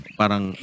parang